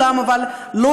אבל לעולם,